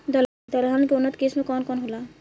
दलहन के उन्नत किस्म कौन कौनहोला?